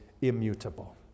immutable